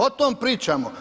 O tom pričamo.